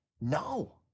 no